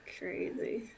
crazy